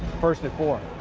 first at four.